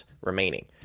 remaining